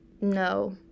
no